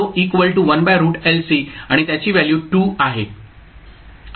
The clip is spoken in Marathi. आणि त्याची व्हॅल्यू 2 आहे